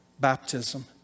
baptism